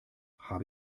habe